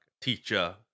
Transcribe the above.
teacher